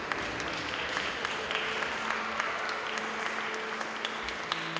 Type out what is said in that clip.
yes